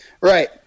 Right